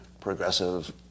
progressive